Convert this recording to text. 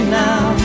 now